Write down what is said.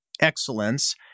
excellence